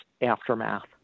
aftermath